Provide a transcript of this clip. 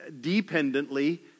dependently